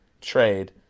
trade